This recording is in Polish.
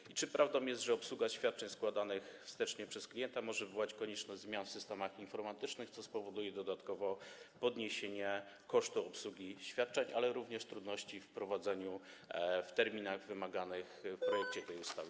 I czy prawdą jest, że obsługa świadczeń składanych wstecznie przez klienta może wywołać konieczność zmian w systemach informatycznych, co spowoduje dodatkowo podniesienie kosztów obsługi świadczeń, ale również trudności w prowadzeniu tego w terminach wymaganych w projekcie tej ustawy?